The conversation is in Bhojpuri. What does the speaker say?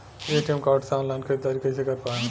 ए.टी.एम कार्ड से ऑनलाइन ख़रीदारी कइसे कर पाएम?